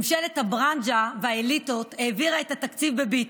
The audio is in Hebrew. ממשלת הברנז'ה והאליטות העבירה את התקציב בביט,